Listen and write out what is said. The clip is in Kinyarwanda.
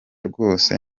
rwose